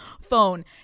phone